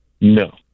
No